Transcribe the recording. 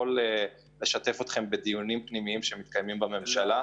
לשתף אתכם בדיונים פנימיים שמתקיימים בממשלה.